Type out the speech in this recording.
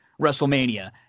WrestleMania